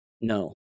No